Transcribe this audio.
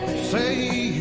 see